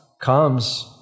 comes